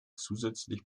zusätzlich